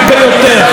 כלומר,